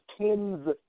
tens